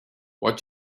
what